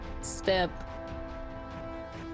step